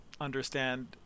understand